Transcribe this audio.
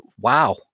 wow